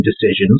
decisions